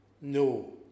No